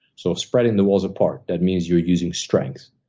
so spreading the walls apart, that means you're using strength.